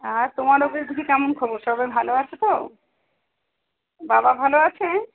আর তোমার ওইদিকে কেমন খবর সবাই ভালো আছে তো বাবা ভালো আছে